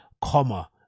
comma